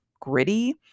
gritty